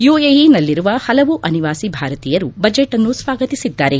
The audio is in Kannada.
ಯುಎಇನಲ್ಲಿರುವ ಹಲವು ಅನಿವಾಸಿ ಭಾರತೀಯರು ಬಚೆಟ್ ಅನ್ನು ಸ್ವಾಗತಿಸಿದ್ದಾರೆ